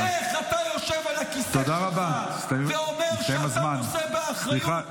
איך אתה יושב על הכיסא שלך ואומר שאתה נושא באחריות,